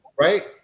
right